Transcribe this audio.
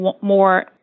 more